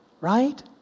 right